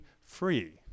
free